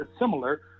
similar